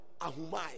Ahumai